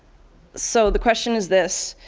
so, the question is this,